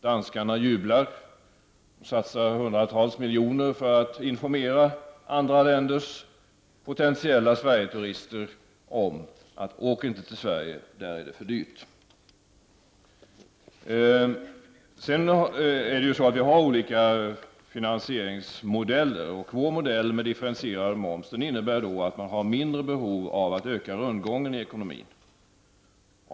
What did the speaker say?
Danskarna jublar och satsar hundratals miljoner kronor för att informera andra länders potentiella Sverigeturister om att de inte skall åka Sverige; där är det för dyrt. Vi har ju olika finansieringsmodeller. Vår modell med differentierad moms innebär att man har mindre behov av att öka rundgången i ekonomin.